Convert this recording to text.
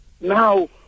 now